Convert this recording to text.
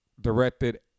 directed